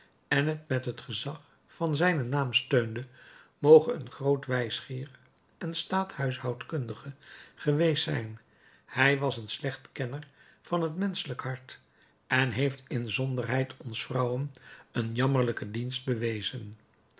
en het met het gezag van zijnen naam steunde moge een groot wijsgeer en staathuishoudkundige geweest zijn hij was een slecht kenner van het menschelijk hart en heeft inzonderheid ons vrouwen een jammerlijken dienst bewezen